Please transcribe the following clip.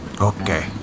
Okay